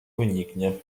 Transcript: wyniknie